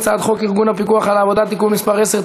הצעת חוק ארגון הפיקוח על העבודה (תיקון מס' 10),